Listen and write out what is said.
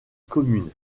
commune